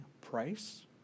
Price